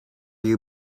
you